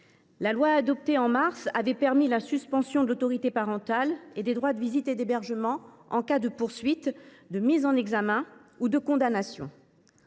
La loi adoptée en mars dernier prévoit la suspension de l’exercice de l’autorité parentale et des droits de visite et d’hébergement en cas de poursuite, de mise en examen ou de condamnation.